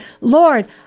Lord